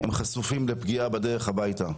חשופים לפגיעה בדרך הביתה.